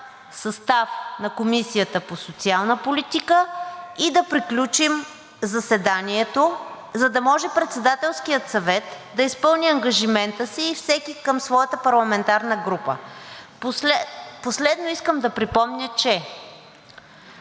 състав на Комисията по социална политика и да приключим заседанието, за да може Председателският съвет да изпълни ангажимента си и всеки към своята парламентарна група. Последно искам да припомня, че